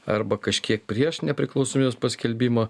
arba kažkiek prieš nepriklausomybės paskelbimą